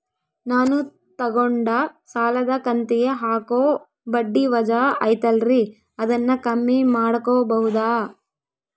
ನಾನು ತಗೊಂಡ ಸಾಲದ ಕಂತಿಗೆ ಹಾಕೋ ಬಡ್ಡಿ ವಜಾ ಐತಲ್ರಿ ಅದನ್ನ ಕಮ್ಮಿ ಮಾಡಕೋಬಹುದಾ?